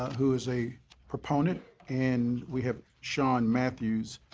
who is a proponent and we have sean matthews,